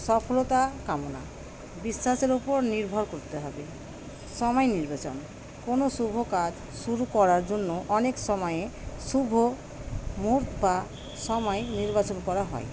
সফলতা কামনা বিশ্বাসের ওপর নির্ভর করতে হবে সময় নির্বাচন কোনো শুভ কাজ শুরু করার জন্য অনেক সময়ে শুভ মুহূর্ত বা সময় নির্বাচন করা হয়